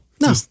No